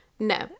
No